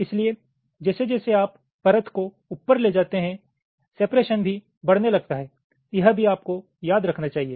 इसलिए जैसे जैसे आप परत को ऊपर ले जाते हैं सेपरेशन भी बढ़ने लगता है यह भी आपको याद रखना चाहिए